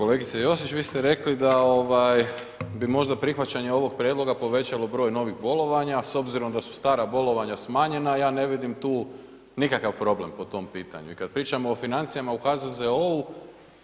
Kolegice Josić, vi ste rekli da bi možda prihvaćanje ovog prijedloga povećalo broj novih bolovanja, s obzirom da su stara bolovanja smanjena, ja ne vidim tu nikakav problem po tom pitanju i kad pričamo o financijama u HZZO-u.